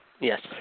Yes